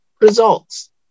results